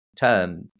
term